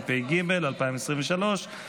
16 בעד, אין מתנגדים ואין נמנעים.